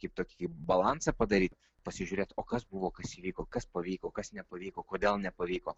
kaip tokį balansą padaryt pasižiūrėt o kas buvo kas įvyko kas pavyko kas nepavyko kodėl nepavyko